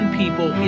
people